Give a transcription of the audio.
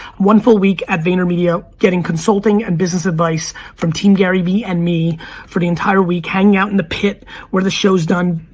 one full week at vaynermedia getting consulting and business advice from team garyvee and me for the entire week. hanging out in the pit where the show's done.